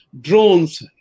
drones